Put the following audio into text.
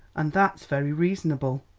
and that's very reasonable,